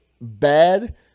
bad